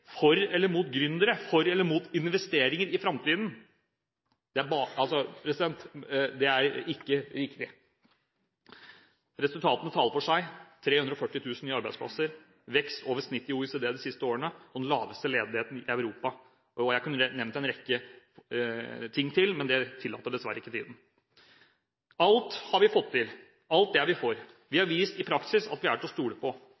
for eller mot privat næringsliv, for eller mot gründere, for eller mot investeringer i framtiden. Det er ikke riktig. Resultatene taler for seg: 340 000 nye arbeidsplasser, vekst over snittet i OECD de siste årene, den laveste ledigheten i Europa, og jeg kunne nevnt en rekke ting til, men det tillater dessverre ikke tiden – alt har vi fått til, alt det er vi for. Vi har vist i praksis at vi er til å stole på